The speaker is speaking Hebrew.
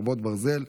חרבות ברזל),